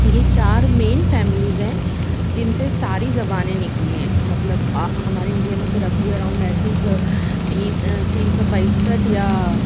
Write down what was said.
یہ چار main families ہیں جن سے ساری زبانیں نکلی ہیں مطلب ہمارے انڈیا میں تو رفلی اراؤنڈ آئی تھنک تین تین سو پینسٹھ یا